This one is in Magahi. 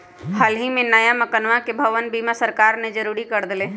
हल ही में नया मकनवा के भवन बीमा सरकार ने जरुरी कर देले है